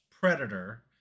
Predator